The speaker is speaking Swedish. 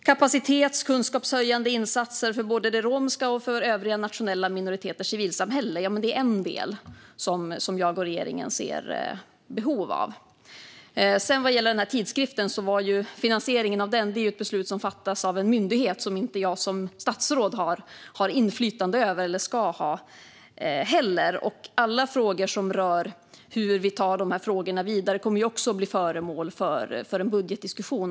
Kapacitets och kunskapshöjande insatser för både det romska civilsamhället och övriga nationella minoriteters civilsamhällen är en del som jag och regeringen ser behov av. Sedan gäller det den här tidskriften. Finansieringen av den är ett beslut som fattas av en myndighet och som inte jag som statsråd har eller ska ha inflytande över. Alla frågor som rör hur vi tar dessa frågor vidare kommer också att bli föremål för en budgetdiskussion.